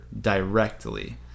directly